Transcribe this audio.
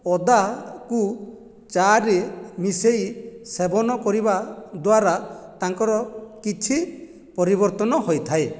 ଅଦାକୁ ଚାଆରେ ମିଶାଇ ସେବନ କରିବା ଦ୍ୱାରା ତାଙ୍କର କିଛି ପରିବର୍ତ୍ତନ ହୋଇଥାଏ